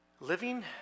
Living